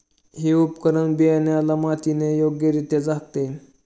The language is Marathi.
हे उपकरण बियाण्याला मातीने योग्यरित्या झाकते